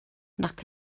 nac